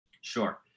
Sure